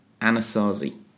Anasazi